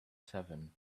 seven